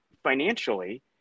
Financially